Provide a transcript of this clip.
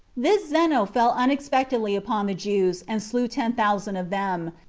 this zeno fell unexpectedly upon the jews, and slew ten thousand of them,